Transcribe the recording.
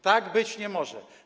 Tak być nie może.